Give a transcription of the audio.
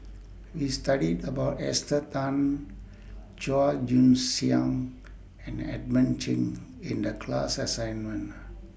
We studied about Esther Tan Chua Joon Siang and Edmund Cheng in The class assignment